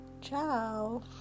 Ciao